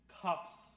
cups